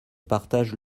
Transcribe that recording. partage